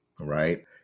right